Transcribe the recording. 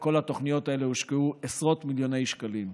בכל התוכניות האלה הושקעו עשרות מיליוני שקלים.